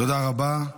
תודה רבה.